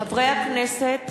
חברי הכנסת